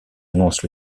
annonce